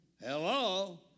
Hello